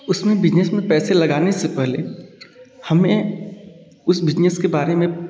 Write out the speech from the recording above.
उस में बिजनेस में पैसे लगाने से पहले हमें उस बिजनेस के बारे में